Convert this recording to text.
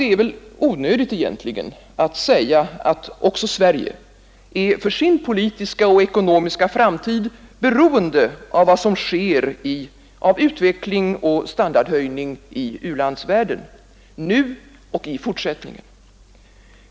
Det är väl egentligen onödigt att säga, att också Sverige för sin politiska och ekonomiska framtid är beroende av vad som sker av utveckling och standardhöjning i u-landsvärlden, nu och i fortsättningen.